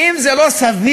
האם זה לא סביר,